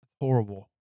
Horrible